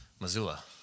Missoula